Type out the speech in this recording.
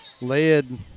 led